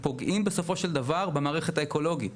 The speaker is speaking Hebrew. בסופו של דבר הם פוגעים במערכת האקולוגית